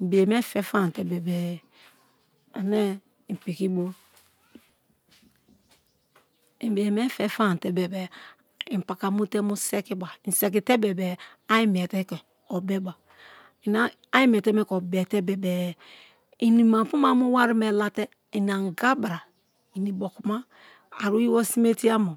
i bii me fe famate bebe-e i bii me fe famate bebe-e i paka mu te mu sekiba i seki te bebe a imiete ke obeba a imiete ke obete bebe-e ini mapu me mu wari late ina anga bra ini ibiokuma ari oyibo simetier mo.